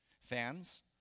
Fans